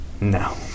No